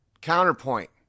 counterpoint